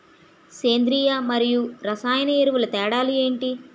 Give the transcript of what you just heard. సేంద్రీయ మరియు రసాయన ఎరువుల తేడా లు ఏంటి?